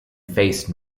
faced